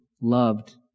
loved